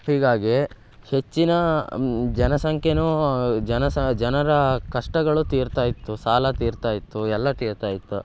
ಹೀಗಾಗಿ ಹೆಚ್ಚಿನ ಜನಸಂಖ್ಯೆನೂ ಜನ ಸ ಜನರ ಕಷ್ಟಗಳು ತೀರ್ತಾ ಇತ್ತು ಸಾಲ ತೀರ್ತಾ ಇತ್ತು ಎಲ್ಲ ತೀರ್ತಾ ಇತ್ತು